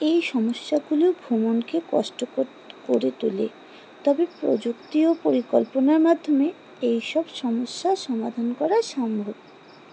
এই সমস্যাগুলো ভ্রমণকে কষ্ট করে তোলে তবে প্রযুক্তি ও পরিকল্পনার মাধ্যমে এইসব সমস্যার সমাধান করা সম্ভব